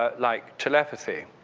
ah like telepathy.